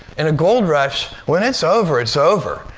in a gold rush, when it's over, it's over.